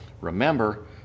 Remember